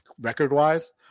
record-wise